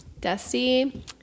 Dusty